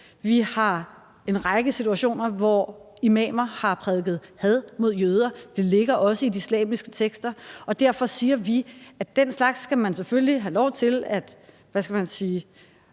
Der er en række situationer, hvor imamer har prædiket had mod jøder. Det ligger også i de islamiske tekster. Derfor siger vi, at den slags skal man selvfølgelig have lov til at recitere, såfremt det